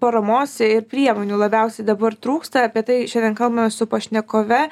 paramos ir priemonių labiausiai dabar trūksta apie tai šiandien kalbamės su pašnekove